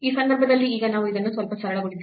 ಈ ಸಂದರ್ಭದಲ್ಲಿ ಈಗ ನಾವು ಇದನ್ನು ಸ್ವಲ್ಪ ಸರಳಗೊಳಿಸಿದರೆ